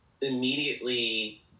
immediately